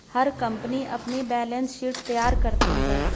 हर company अपनी balance sheet तैयार करती है